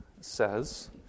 says